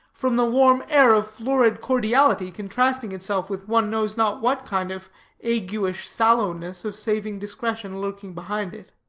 from the warm air of florid cordiality, contrasting itself with one knows not what kind of aguish sallowness of saving discretion lurking behind it.